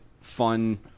fun